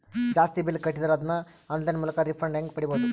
ಜಾಸ್ತಿ ಬಿಲ್ ಕಟ್ಟಿದರ ಅದನ್ನ ಆನ್ಲೈನ್ ಮೂಲಕ ರಿಫಂಡ ಹೆಂಗ್ ಪಡಿಬಹುದು?